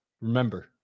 remember